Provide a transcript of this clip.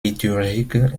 liturgique